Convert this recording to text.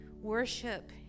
worship